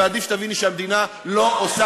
חברת